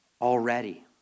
already